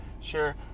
sure